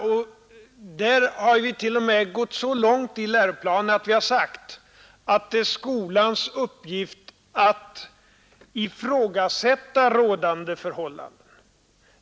På den punkten har vi gått så långt att vi i läroplanen sagt att det är skolans uppgift att ifrågasätta rådande förhållanden.